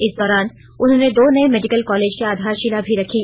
इस दौरान उन्होंने दो नये मेडिकल कॉलेज की आधारशिला भी रखी